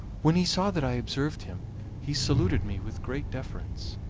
when he saw that i observed him he saluted me with great deference.